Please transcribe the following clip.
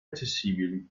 accessibili